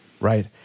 Right